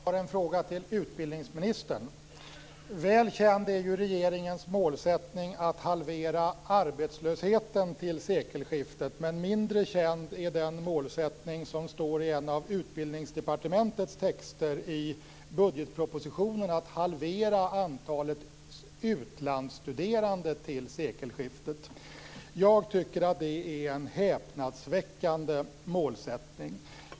Herr talman! Jag har en fråga till utbildningsministern. Väl känd är ju regeringens målsättning att halvera arbetslösheten till sekelskiftet. Mindre känd är den målsättning som står i en av Utbildningsdepartementets texter i budgetpropositionen: att halvera antalet utlandsstuderande till sekelskiftet. Jag tycker att det är en häpnadsväckande målsättning.